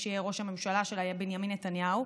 שיהיה ראש הממשלה שלה יהיה בנימין נתניהו,